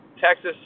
Texas